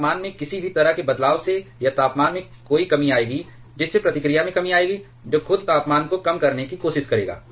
तापमान में किसी भी तरह के बदलाव से यहां तापमान में कोई कमी आएगी जिससे प्रतिक्रिया में कमी आएगी जो खुद तापमान को कम करने की कोशिश करेगा